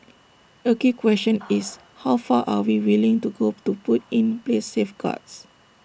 A key question is how far are we willing to go to put in place safeguards